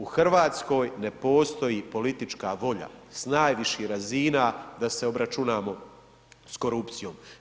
U Hrvatskoj ne postoji politička volja sa najviših razina da se obračunamo s korupcijom.